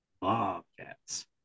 Bobcats